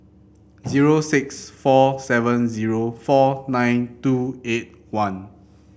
zero six four seven zero four nine two eight one